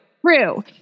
true